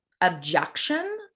objection